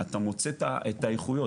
אתה מוצא את האיכויות.